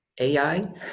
AI